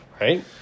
Right